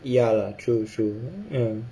ya lah true true ya